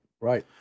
Right